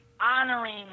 honoring